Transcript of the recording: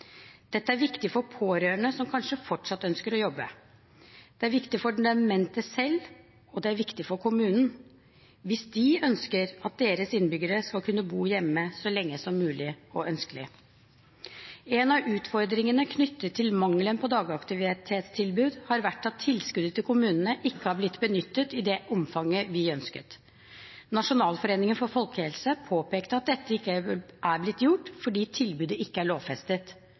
Dette er viktig for pårørende som kanskje fortsatt ønsker å jobbe, det er viktig for den demente selv, og det er viktig for kommunene hvis de vil at deres innbyggere skal bo hjemme så lenge som mulig og ønskelig. En av utfordringene knyttet til mangelen på dagaktivitetstilbud har vært at tilskuddet til kommunene ikke har blitt benyttet i det omfanget vi ønsket. Nasjonalforeningen for folkehelsen påpekte at dette ikke er blitt gjort, fordi tilbudet ikke er lovfestet.